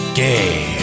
gay